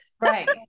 Right